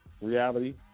reality